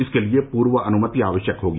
इसके लिए पूर्व अनुमति आवश्यक होगी